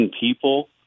people